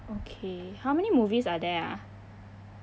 okay how many movies are there ah